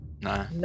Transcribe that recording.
No